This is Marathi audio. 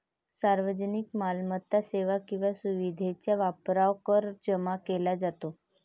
सार्वजनिक मालमत्ता, सेवा किंवा सुविधेच्या वापरावर कर जमा केला जातो